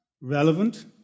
relevant